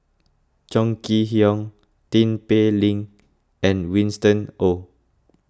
Chong Kee Hiong Tin Pei Ling and Winston Oh